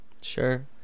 Sure